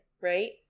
right